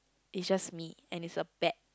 it's just me and it's a bad